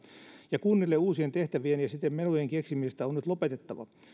ja kunnille uusien tehtävien ja siten menojen keksimisestä on nyt lopetettava